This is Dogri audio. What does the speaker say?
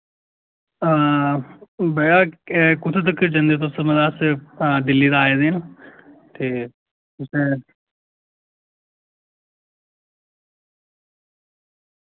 भैया क कुत्थें तकर जन्दे तुस मतलब अस दिल्ली दा आए दे न ते तुसें